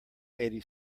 eighty